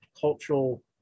cultural